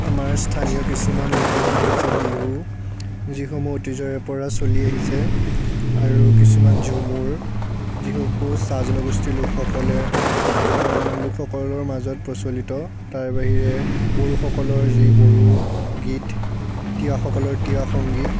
আমাৰ স্থানীয় কিছুমান লোকগীত হৈছে বিহু যিসমূহ অতীজৰে পৰা চলি আহিছে আৰু কিছুমান ঝুমুৰ যিসমূহ চাহ জনগোষ্ঠীৰ লোকসকলে লোকসকলৰ মাজত প্ৰচলিত তাৰ বাহিৰে পুৰুষসকলৰ যি বড়ো গীত তিৱাসকলৰ তিৱা সংগীত